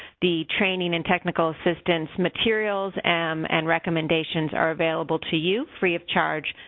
the training and technical assistance materials and um and recommendations are available to you, free of charge,